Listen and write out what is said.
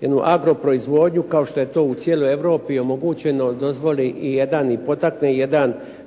jednu agroproizvodnju, kao što je to u cijeloj Europi omogućeno, dozvoli i jedan i potakne